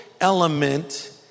element